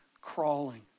crawling